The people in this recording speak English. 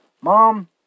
mom